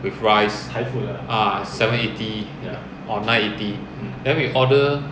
with rice seven eighty or nine eighty then we order